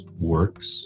works